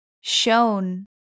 shown